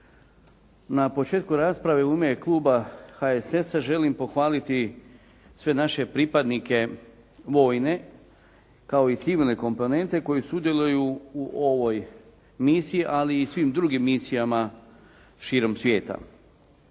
Na početku rasprave u ime kluba HSS-a želim pohvaliti sve naše pripadnike vojne, kao i civilne komponente, koji sudjeluju u ovoj misiji, ali i svim drugim misijama širom svijeta.